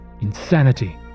Insanity